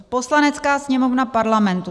Poslanecká sněmovna Parlamentu